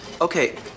Okay